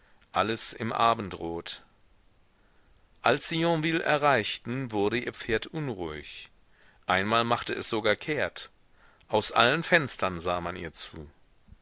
alles im abendrot als sie yonville erreichten wurde ihr pferd unruhig einmal machte es sogar kehrt aus allen fenstern sah man ihr zu